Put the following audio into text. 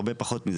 ב-20 אלף